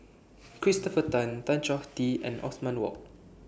Christopher Tan Tan Choh Tee and Othman Wok